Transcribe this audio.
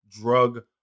drug